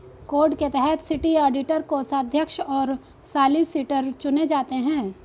code के तहत city auditor, कोषाध्यक्ष और सॉलिसिटर चुने जाते हैं